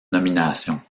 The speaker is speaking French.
nomination